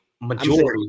majority